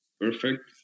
Perfect